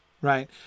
right